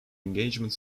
engagement